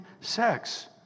sex